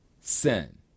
Sin